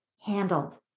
handled